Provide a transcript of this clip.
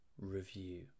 review